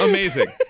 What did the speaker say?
Amazing